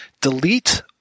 delete